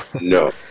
No